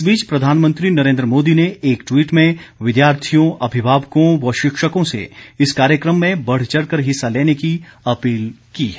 इस बीच प्रधानमंत्री नरेन्द्र मोदी ने एक ट्वीट में विद्यार्थियों अभिभावकों व शिक्षकों से इस कार्यक्रम में बढ़चढ़ कर हिस्सा लेने की अपील की है